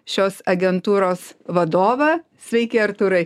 šios agentūros vadovą sveiki artūrai